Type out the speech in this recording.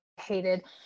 hated